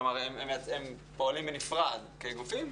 כלומר, הם פועלים בנפרד כגופים.